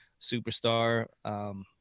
superstar